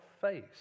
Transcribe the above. face